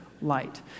light